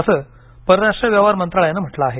असं परराष्ट्र व्यवहार मंत्रालयानं म्हटलं आहे